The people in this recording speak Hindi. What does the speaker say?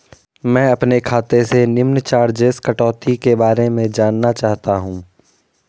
मैं अपने खाते से निम्न चार्जिज़ कटौती के बारे में जानना चाहता हूँ?